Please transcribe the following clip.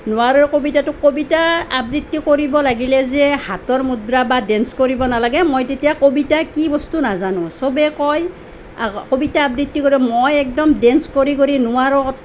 নোৱাৰোঁ কবিতাটো কবিতা আবৃত্তি কৰিব লাগিলে যে হাতৰ মুদ্ৰা বা ডেন্স কৰিব নালাগে মই তেতিয়া কবিতা কি বস্তু নাজানো সবেই কয় কবিতা আবৃত্তি কৰে মই একদম ডেন্স কৰি কৰি নোৱাৰোঁ